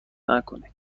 نکنید